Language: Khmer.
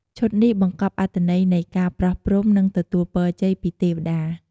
ឈុតនេះបង្កប់អត្ថន័យនៃការប្រោះព្រំ និងទទូលពរជ័យពីទេវតា។